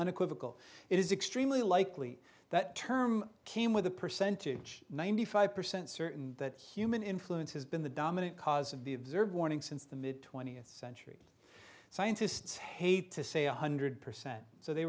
unequivocal it is extremely likely that term came with a percentage ninety five percent certain that human influence has been the dominant cause of the observed warning since the mid twentieth century scientists hate to say one hundred percent so they